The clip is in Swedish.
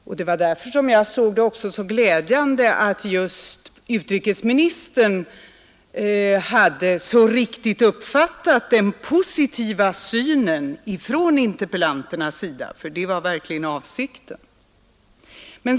Det var också därför som jag såg det som glädjande att utrikesministern hade så riktigt uppfattat den positiva synen från interpellanternas sida — för det var verkligen avsikten.